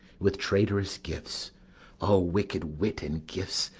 with traitorous gifts o wicked wit and gifts,